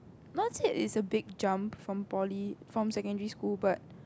not say it's a big jump from poly from secondary school but